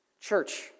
Church